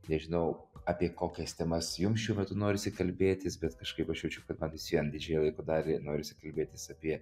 nežinau apie kokias temas jums šiuo metu norisi kalbėtis bet kažkaip aš jaučiu kad vis vien didžiąją laiko dalį norisi kalbėtis apie